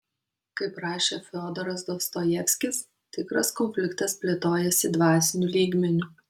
kaip rašė fiodoras dostojevskis tikras konfliktas plėtojasi dvasiniu lygmeniu